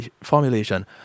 formulation